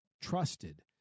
trusted